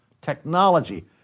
Technology